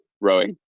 rowing